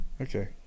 Okay